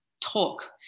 talk